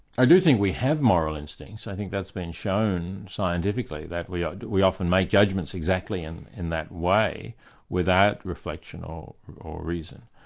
i do think we have moral instincts. i think that's been shown scientifically that we ah we often make judgments exactly and in that way without reflection or reason,